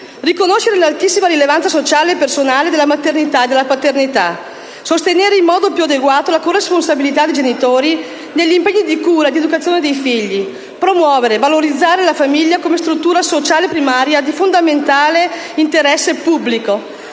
riconoscere l'altissima rilevanza sociale e personale della maternità e della paternità, sostenere in modo più adeguato la corresponsabilità dei genitori negli impegni di cura e di educazione dei figli, promuovere e valorizzare la famiglia come struttura sociale primaria di fondamentale interesse pubblico,